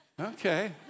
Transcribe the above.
Okay